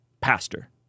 Pastor